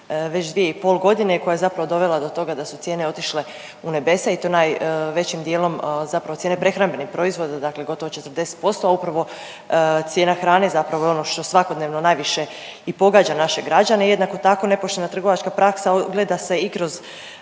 već 2,5 godine koja je zapravo dovela do toga da su cijene otišle u nebesa i to najvećim dijelom zapravo cijene prehrambenih proizvoda, dakle gotovo 40%, a upravo cijena hrane je ono što svakodnevno najviše i pogađa naše građane. Jednako tako nepoštena trgovačka praksa ogleda se i kroz